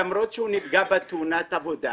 למרות שהוא נפגע בתאונת עבודה